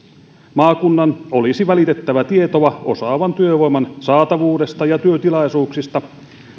maakunnan olisi välitettävä tietoa osaavan työvoiman saatavuudesta ja työtilaisuuksista